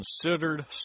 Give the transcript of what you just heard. considered